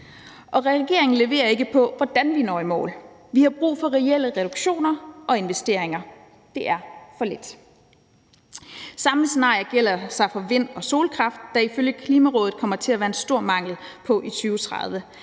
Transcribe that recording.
regeringen leverer ikke på, hvordan vi når i mål. Vi har brug for reelle reduktioner og investeringer. Det er for lidt. Samme scenarier gælder for vind- og solkraft, der ifølge Klimarådet kommer til at være en stor mangel på i 2030.